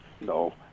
No